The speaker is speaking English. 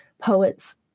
poets